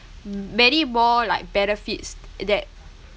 mm many more like benefits that